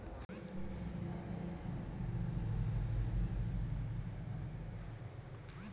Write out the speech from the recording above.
অনলাইনে বিনিয়োগ করা যাবে কি?